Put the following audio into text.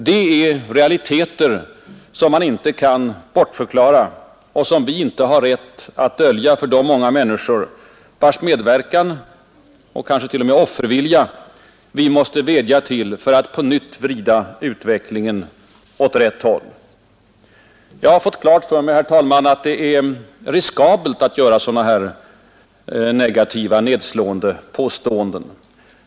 Det är realiteter som man inte kan bortförklara och som vi inte har rätt att dölja för de många människor vars medverkan och kanske t.o.m. offervilja vi måste vädja till för att på nytt vrida utvecklingen åt rätt håll. Jag har fått klart för mig, herr talman, att det är riskabelt att göra sådana här negativa, nedslående påståenden.